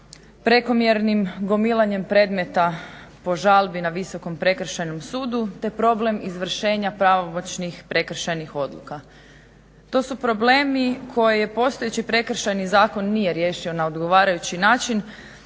prekomjernim gomilanih predmeta po žalbi na visokom prekršajnom sudu te problem izvršenja pravomoćnih prekršajnih odluka. To su problemi koje postojeći prekršajni zakon nije riješio na odgovarajući način